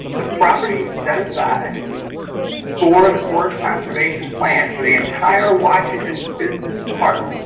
the property set aside for the forest conservation plan for the entire washington business park